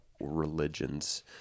religions